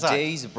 days